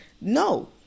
no